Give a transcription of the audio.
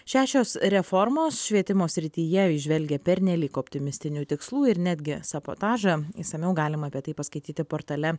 šešios reformos švietimo srityje įžvelgia pernelyg optimistinių tikslų ir netgi sabotažą išsamiau galima apie tai paskaityti portale